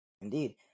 Indeed